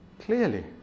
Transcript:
clearly